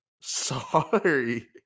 Sorry